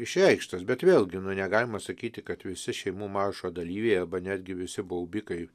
išreikštas bet vėlgi nu negalima sakyti kad visi šeimų maršo dalyviai arba netgi visi baubikai